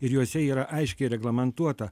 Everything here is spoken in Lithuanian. ir juose yra aiškiai reglamentuota